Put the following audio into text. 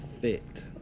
fit